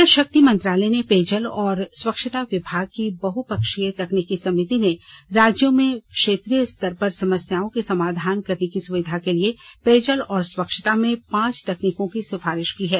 जल शक्ति मंत्रालय के पेयजल और स्वच्छता विभाग की बहु पक्षीय तकनीकी समिति ने राज्यों में क्षेत्रीय स्तर पर समस्याओं के समाधान करने की सुविधा के लिए पेयजल और स्वच्छता में पाँच तकनीकों की सिफारिश की है